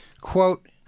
quote